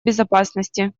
безопасности